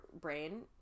brain